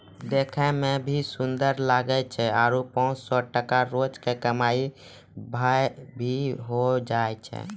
देखै मॅ भी सुन्दर लागै छै आरो पांच सौ टका रोज के कमाई भा भी होय जाय छै